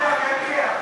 המשיח יגיע.